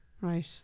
Right